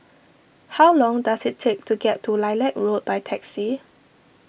how long does it take to get to Lilac Road by taxi